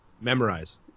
Memorize